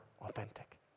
authentic